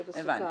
זה סוכם.